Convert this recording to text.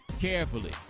carefully